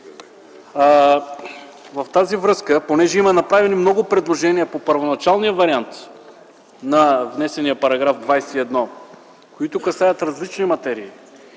В тази връзка, понеже има направени много предложения по първоначалния вариант на внесения § 21, които касаят различни материи,